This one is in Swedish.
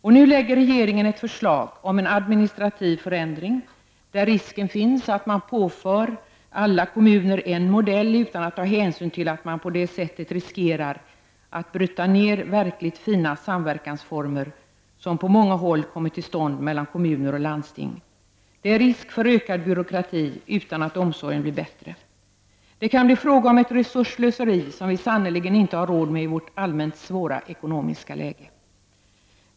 Nu framlägger regeringen ett förslag om en administrativ förändring, där risken finns att man påför alla kommuner en modell utan att ta hänsyn till att man på det sättet riskerar att bryta ned verkligt fina samverkansformer, som på många håll kommit till stånd mellan kommuner och landsting. Det är risk för ökad byråkrati utan att omsorgen blir bättre. Det kan bli fråga om ett resursslöseri som vi sannerligen inte har råd med i vårt allmänt svåra ekonomiska läge.